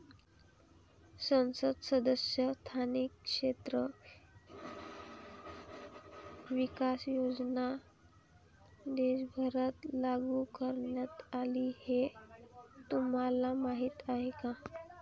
संसद सदस्य स्थानिक क्षेत्र विकास योजना देशभरात लागू करण्यात आली हे तुम्हाला माहीत आहे का?